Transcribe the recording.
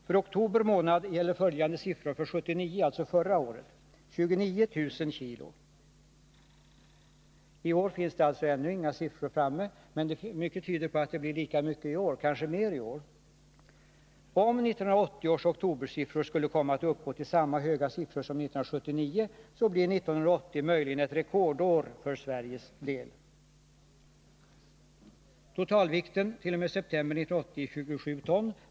I oktober månad 1979 importerades 29 000 kg. I år finns ännu inga siffror framräknade, men mycket tyder på att det blir lika mycket i år — kanske mer. Om 1980 års oktobersiffror skulle komma att uppgå till samma höga nivå som 1979, blir 1980 möjligen ett rekordår för Sveriges del. Totalvikten t.o.m. september 1980 är 27 ton.